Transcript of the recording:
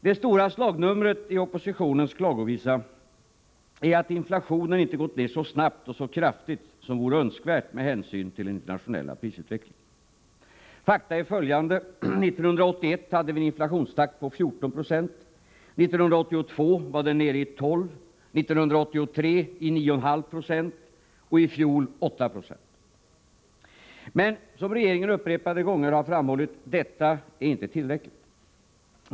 Det stora slagnumret i oppositionens klagovisa är att inflationen inte gått ned så snabbt och så kraftigt som vore önskvärt med hänsyn till den internationella prisutvecklingen. Fakta är följande: 1981 hade vi en inflation på 14 96. 1982 var den nere i 12 90, 1983 i 9,5 90 och i fjol i 8 2. Men, som regeringen upprepade gånger har framhållit, detta är inte tillräckligt.